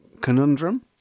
conundrum